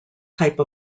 type